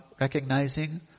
recognizing